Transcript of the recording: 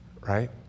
right